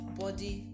body